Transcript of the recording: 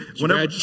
whenever